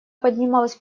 поднималась